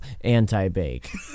anti-bake